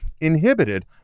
inhibited